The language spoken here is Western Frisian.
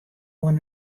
oan